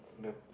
loop